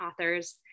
authors